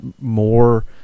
more